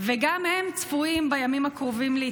וגם הם צפויים להתמלא בימים הקרובים.